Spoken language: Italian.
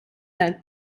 dal